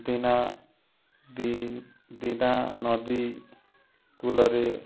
ଦିନା ଦିନା ନଦୀ କୂଲରେ